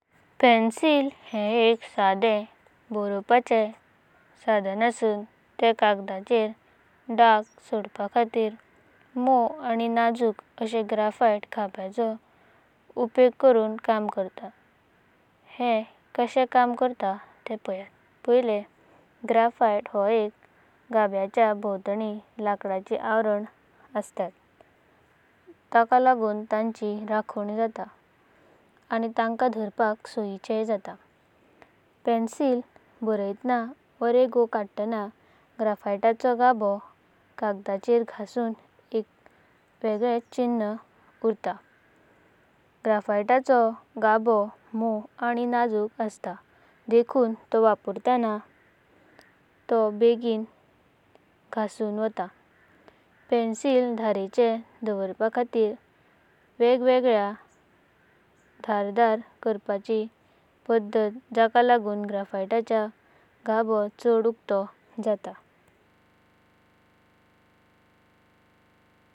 Pencil हे एका साधेन बरोवपाचे साधना आसून ते कागदाचेर डागा सोडपा खातीर। मुवा आनी नाजुक असेन ग्रेफाइट घाबेयांचो उपेग करून काम करतां। हे कसे काम करतां ते पलयता। ग्रेफाइट हो एक घाबेयांचो भोंवतानी लांकडी आवरना आसातात। ताका लागतूना ताची रखणां जातां आनी ताका धरपाक सोयीचें जातां। पेन्सिलाना बरायतानां वा रेखो कडातानां ग्रेफाइटाचो घाभो कागदाचेरा घांसून एक वेगळच चिन्ह उरतां। ग्रेफाइटाचो घाभो मुवा आनी नाजुक आसात, देखुनां तो वापरतानां तो बेगिनां घांसून वाटा। पेन्सिल धरेंचें दावरपाखातीर वेगवेगळ ति धारधरा कराची पडता, जाका लागतूना ग्रेफाइटाचो घाभो छद उकटो जातां।